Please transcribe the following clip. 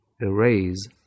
erase